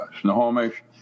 Snohomish